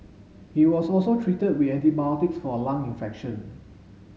he was also treated with antibiotics for a lung infection